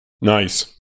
Nice